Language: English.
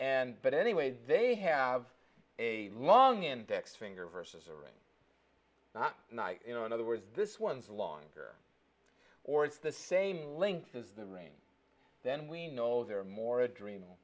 and but anyway they have a long index finger vs a ring not night you know in other words this one's longer or it's the same length as the rain then we know they're more a dream